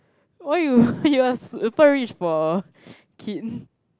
why you you are super rich for a kid